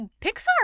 Pixar